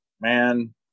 Man